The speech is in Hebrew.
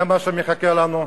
זה מה שמחכה לנו,